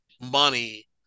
money